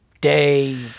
day